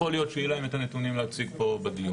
יכול להיות שיהיה להם את הנתונים להציג פה בדיון.